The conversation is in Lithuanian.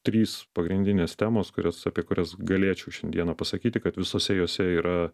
trys pagrindinės temos kurios apie kurias galėčiau šiandieną pasakyti kad visose jose yra